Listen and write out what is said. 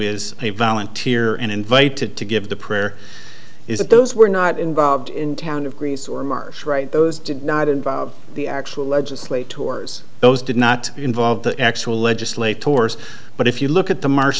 a volunteer and invited to give the prayer is that those were not involved in town of greece or march right those did not involve the actual legislate tours those did not involve the actual legislate tours but if you look at the mar